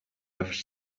yafashe